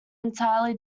entirely